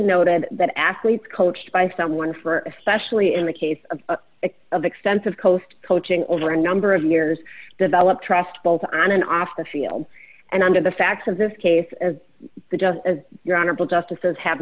noted that athletes coached by someone for especially in the case of extensive coast coaching over a number of years develop trust both on and off the field and under the facts of this case as just as your honorable justices have